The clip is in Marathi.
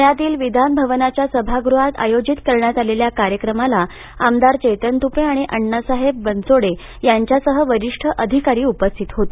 पुण्यातील विधान भवनाच्या सभागृहात आयोजित करण्यात आलेल्या कार्यक्रमास आमदार चेतन तुपे आणि अण्णासाहेब बनसोडे यांच्यासह वरिष्ठ अधिकारी उपस्थित होते